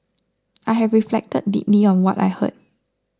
I have reflected deeply on what I heard